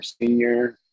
senior